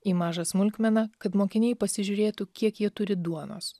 į mažą smulkmeną kad mokiniai pasižiūrėtų kiek jie turi duonos